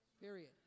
Period